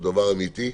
הוא דבר אמיתי.